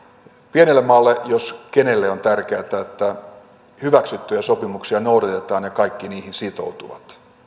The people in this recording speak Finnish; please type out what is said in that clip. pienelle maalle jos kenelle on tärkeätä että hyväksyttyjä sopimuksia noudatetaan ja kaikki niihin sitoutuvat